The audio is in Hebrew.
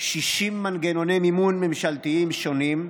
60 מנגנוני מימון ממשלתיים שונים,